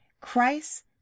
Christ